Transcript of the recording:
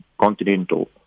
Continental